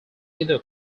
either